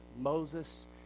Moses